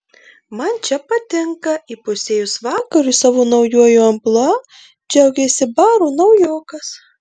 man čia patinka įpusėjus vakarui savo naujuoju amplua džiaugėsi baro naujokas